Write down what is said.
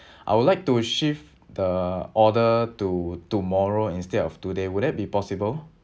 I would like to shift the order to tomorrow instead of today would that be possible